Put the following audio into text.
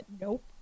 Nope